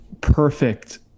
perfect